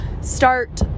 start